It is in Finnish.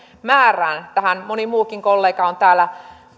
määrään tähän moni muukin kollega on täällä